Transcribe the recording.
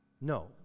no